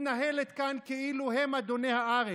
מתנהלת כאן כאילו הם אדוני הארץ,